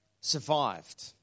survived